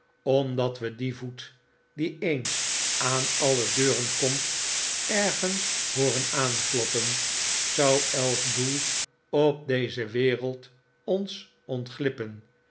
omdat we dien voet die eens aan alle deuren komt ergens hoorden aankloppen zou elk doel op deze wereld ons ontglippen